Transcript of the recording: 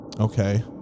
okay